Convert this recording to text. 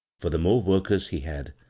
for the more workers he had,